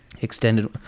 Extended